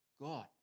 God